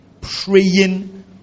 praying